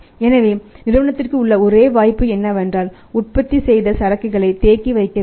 எனவே நிறுவனத்திற்கு உள்ள ஒரே வாய்ப்பு என்னவென்றால் உற்பத்தி செய்த சரக்குகளை தேக்கி வைக்கவேண்டும்